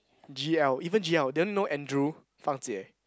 g_l even g_l they only know Andrew fang jie